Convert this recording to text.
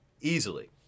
easily